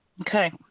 Okay